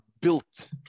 built